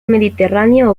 mediterráneo